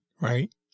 right